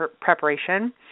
preparation